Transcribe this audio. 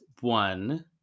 one